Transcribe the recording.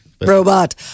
Robot